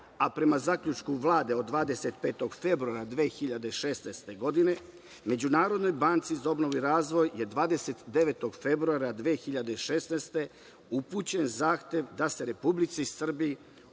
a prema zaključku Vlade od 25. februara 2016. godine, Međunarodnoj banci za obnovu i razvij je 29. februara 2016. godine upućen zahtev da se Republici Srbiji